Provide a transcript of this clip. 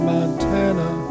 Montana